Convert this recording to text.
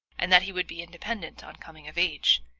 and that he would be independent on coming of age.